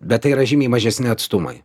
bet tai yra žymiai mažesni atstumai